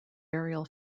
aerial